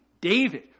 David